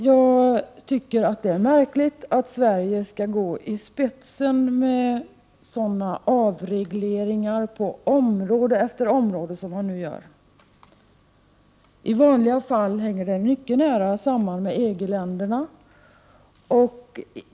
Jag tycker att det är märkligt att Sverige skall gå i spetsen med sådana avregleringar på område efter område som dem man nu genomför. I vanliga fall hänger dessa avregleringar mycket nära samman med det som sker inom EG-länderna.